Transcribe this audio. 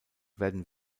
werden